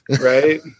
right